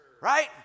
right